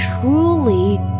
truly